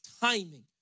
timing